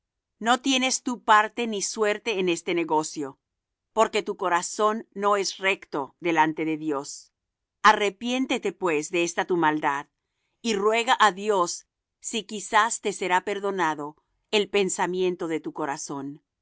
no tienes tú parte ni suerte en este negocio porque tu corazón no es recto delante de dios arrepiéntete pues de esta tu maldad y ruega á dios si quizás te será perdonado el pensamiento de tu corazón